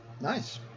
Nice